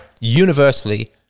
universally